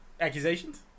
accusations